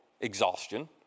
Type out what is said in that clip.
exhaustion